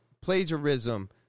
plagiarism